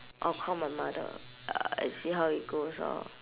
or call my mother ya I see how it goes orh